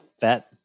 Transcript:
fat